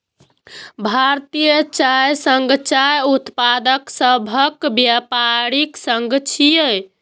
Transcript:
भारतीय चाय संघ चाय उत्पादक सभक व्यापारिक संघ छियै